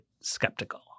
skeptical